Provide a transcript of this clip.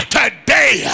today